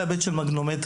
לגבי הנושא של המגנומטרים.